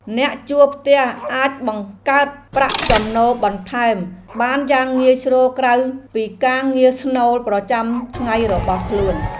អ្នកជួលផ្ទះអាចបង្កើតប្រាក់ចំណូលបន្ថែមបានយ៉ាងងាយស្រួលក្រៅពីការងារស្នូលប្រចាំថ្ងៃរបស់ខ្លួន។